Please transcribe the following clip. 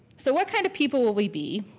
so what kind of people will we be.